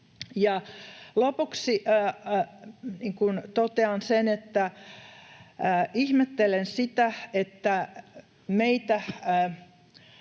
lopuksi totean, että ihmettelen sitä, että meitä